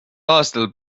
aastal